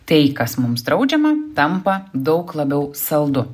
tai kas mums draudžiama tampa daug labiau saldu